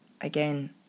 again